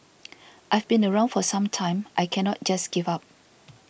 I've been around for some time I cannot just give up